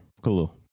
cool